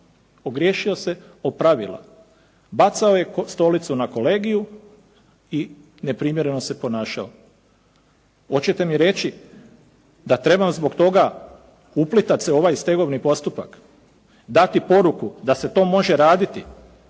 ogriješio se o pravila. Bacao je stolicu na kolegiju i neprimjereno se ponašao. Hoćete mi reći da trebam se zbog toga uplitat se u ovaj stegovni postupak? Dati poruku da se to može raditi?